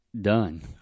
done